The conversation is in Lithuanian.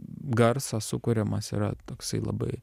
garsą sukuriamas yra toksai labai